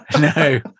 no